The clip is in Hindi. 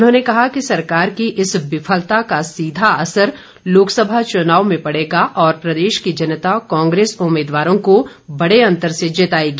उन्होंने कहा कि सरकार की इस विफलता का सीधा असर लोकसभा चुनाव में पड़ेगा और प्रदेश की जनता कांग्रेस उम्मीदवारों को बड़े अंतर से जिताएगी